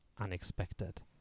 unexpected